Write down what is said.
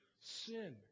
sin